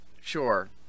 sure